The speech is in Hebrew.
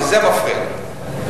וזה מפריע לי.